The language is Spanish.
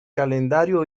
calendario